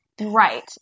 right